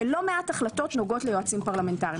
ולא מעט החלטות נוגעות ליועצים פרלמנטריים.